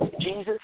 Jesus